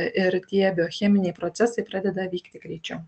ir tie biocheminiai procesai pradeda vykti greičiau